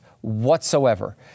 whatsoever